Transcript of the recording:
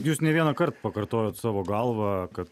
jūs ne vienąkart pakartojot savo galvą kad